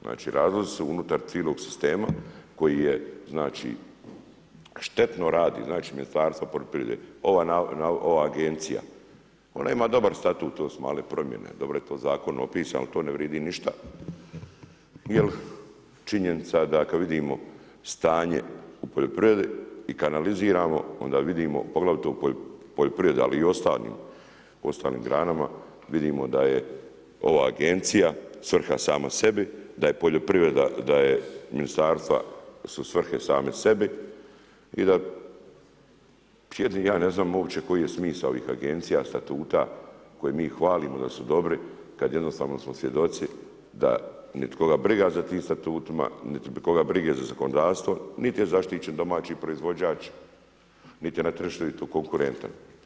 Znači razlozi su unutar cijelog sistema koji je znači štetno radi znači Ministarstvo poljoprivrede, ova agencija, ona ima dobar statut, to su male promjene, dobro je to u Zakonu opisano, to ne vrijedi ništa jer činjenica je da kada vidimo stanje u poljoprivredi i kada analiziramo onda vidimo poglavito u poljoprivredi ali u ostalim, ostalim granama vidimo da je ova agencija svrha sama sebi, da je poljoprivreda, da su ministarstva su svrhe same sebi i da jedini ja ne znam uopće koji je smisao ovih agencija, statuta, koje mi hvalimo da su dobri, kada jednostavno smo svjedoci da niti koga briga za tim statutima, niti koga briga za zakonodavstvo, niti je zaštićen domaći proizvođač niti je na tržištu konkurentan.